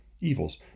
Evils